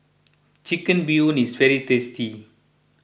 Chicken Bee Hoon is very tasty